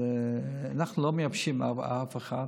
אנחנו לא מייבשים אף אחד,